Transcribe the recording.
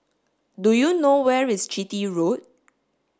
do you know where is Chitty Road